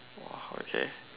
oh okay